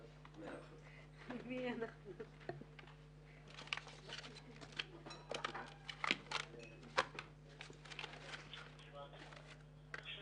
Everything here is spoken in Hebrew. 12:06.